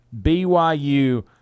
BYU